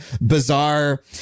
bizarre